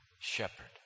shepherd